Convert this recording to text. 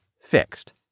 fixed